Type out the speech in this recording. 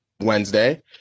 Wednesday